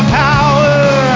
power